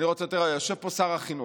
יושב פה שר החינוך.